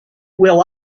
will